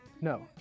No